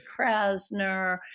Krasner